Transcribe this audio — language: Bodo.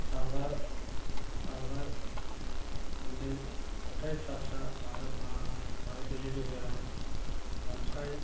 हांगार गुन्दै अन्थाइ फिसा फिसा आरो बाला आरो बेनि गेजेराव अन्थाइ